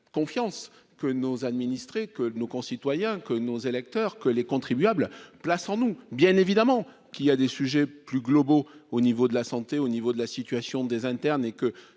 confiance que nos administrés que nos concitoyens que nos électeurs que les contribuables plaçant nous bien évidemment qu'il y a des sujets plus globaux, au niveau de la santé, au niveau de la situation des internes et que